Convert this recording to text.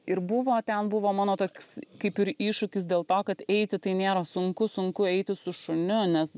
ir buvo ten buvo mano toks kaip ir iššūkis dėl to kad eiti tai nėra sunku sunku eiti su šuniu nes